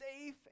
safe